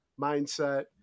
mindset